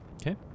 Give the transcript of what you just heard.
Okay